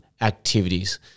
activities